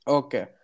okay